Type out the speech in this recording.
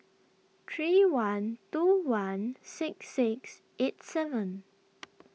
three one two one six six eight seven